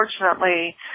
unfortunately